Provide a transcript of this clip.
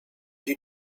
you